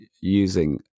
using